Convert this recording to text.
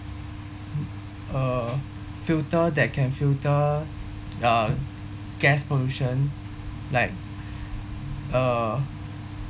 uh filter that can filter uh gas pollution like uh